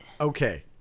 Okay